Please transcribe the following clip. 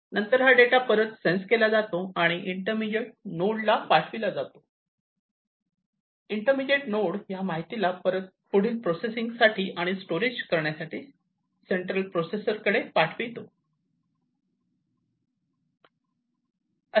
आणि नंतर हा डेटा परत सेन्स केला जातो आणि इंटरमीडिएट नोडला पाठविला जातो इंटरमीडिएट नोड या माहितीला परत पुढील प्रोसेसिंग साठी आणि स्टोरेज करण्यासाठी सेंट्रल प्रोसेसर कडे पाठवतो